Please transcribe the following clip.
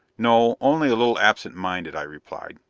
no, only a little absent-minded, i replied.